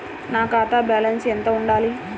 నా ఖాతా బ్యాలెన్స్ ఎంత ఉండాలి?